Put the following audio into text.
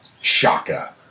Shaka